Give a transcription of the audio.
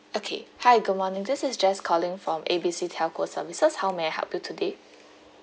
okay hi good morning this is jess calling from A B C telco services how may I help you today